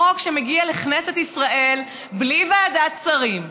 חוק שמגיע לכנסת ישראל בלי ועדת שרים,